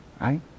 Right